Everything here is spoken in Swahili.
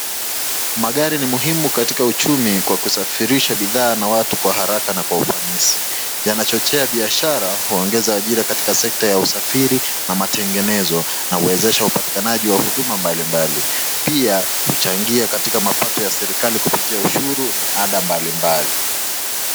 Magari ni muhimu katika uchumi kwa kusafirisha bidhaa na watu kwa haraka na kwa ufanisi. Yanachochea biashara kuongeza ajira katika sector ya usafiri na matengenezo na uwezesha upatikanaji ya huduma mbalimbali, pia huchangia katika mapato ya serikali kupitia ushuru na ada mbalimbali.